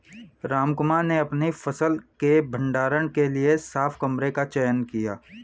रामकुमार ने अपनी फसल के भंडारण के लिए साफ कमरे का चयन किया